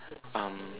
um